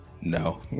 no